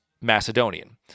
Macedonian